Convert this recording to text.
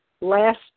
last